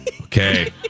Okay